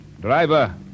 Driver